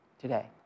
today